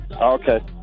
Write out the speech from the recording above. Okay